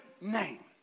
name